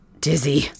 dizzy